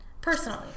Personally